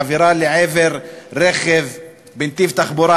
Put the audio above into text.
עבירה לעבר רכב בנתיב תחבורה,